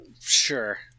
Sure